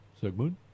Segment